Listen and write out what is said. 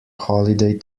holiday